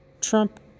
Trump